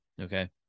okay